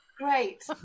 great